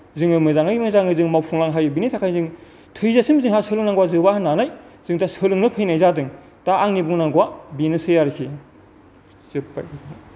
जोङो मोजाङै मोजां जों मावफुंलांनो हायो बेनिथाखायनो जों थैजासिम जोंहा सोलोंनांगौ जोबा होननानै जों दा सोलोंनो फैनाय जादों दा आंनि बुंनांगौआ बेनोसै आरोसै जोबबाय